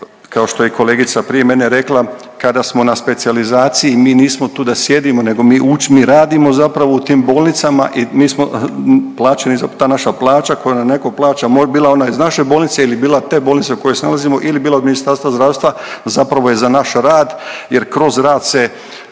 kao što je i kolegica prije mene rekla, kada smo na specijalizaciji mi nismo tu da sjedimo, nego mi uč…, mi radimo zapravo u tim bolnicama i mi smo plaćeni za, ta naša plaća koju nam neko plaća, bila ona iz naše bolnice ili bila te bolnice u kojoj se nalazimo ili bila od Ministarstva zdravstva zapravo je za naš rad jer kroz rad se